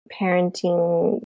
parenting